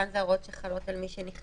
כאן זה ההוראות שחלות על מי שנכנס.